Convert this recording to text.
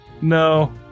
No